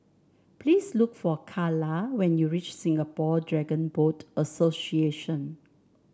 please look for Karla when you reach Singapore Dragon Boat Association